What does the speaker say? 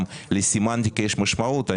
גם לסמנטיקה יש משמעות,